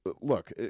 Look